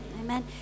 Amen